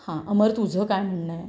हां अमर तुझं काय म्हणणं आहे